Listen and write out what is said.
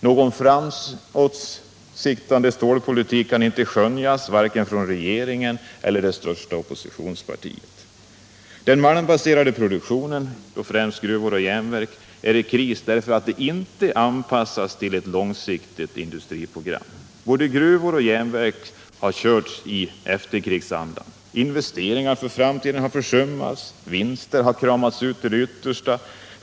Någon framåtsyftande stålpolitik kan inte skönjas vare sig från regeringen eller från det största oppositionspartiet. Den malmbaserade produktionen — främst gruvor och järnverk — befinner sig i kris, därför att den inte har anpassats till ett långsiktigt industriprogram. Både gruvor och järnverk har kört vidare i efterkrigsandan. Investeringar för framtiden har försummats. Vinster har kramats ut till det yttersta.